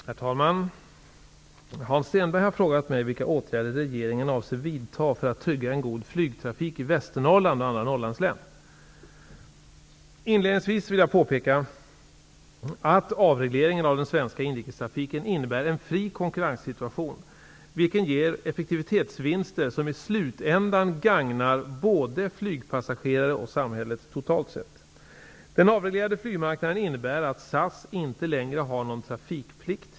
Herr talman! Hans Stenberg har frågat mig vilka åtgärder regeringen avser vidta för att trygga en god flygtrafik i Västernorrland och andra Norrlandslän. Inledningsvis vill jag påpeka att avregleringen av den svenska inrikestrafiken innebär en fri konkurrenssituation, vilken ger effektiviseringsvinster som i slutändan gagnar både flygpassagerare och samhället totalt sett.